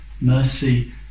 mercy